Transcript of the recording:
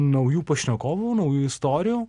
naujų pašnekovų naujų istorijų